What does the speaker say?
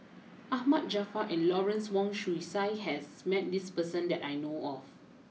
Ahmad Jaafar and Lawrence Wong Shyun Tsai has met this person that I know of